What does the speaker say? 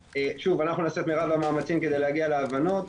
אנחנו נעשה את מירב המאמצים כדי להגיע להבנות.